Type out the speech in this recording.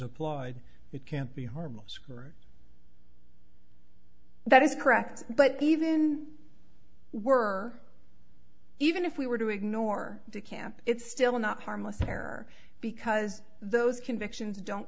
applaud it can't be harmless group that is correct but even we're even if we were to ignore the camp it's still not harmless error because those convictions don't